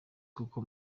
kuko